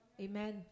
Amen